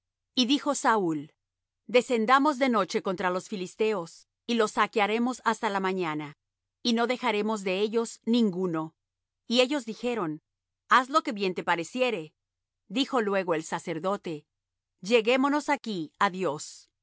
y dijo saúl descendamos de noche contra los filisteos y los saquearemos hasta la mañana y no dejaremos de ellos ninguno y ellos dijeron haz lo que bien te pareciere dijo luego el sacerdote lleguémonos aquí á dios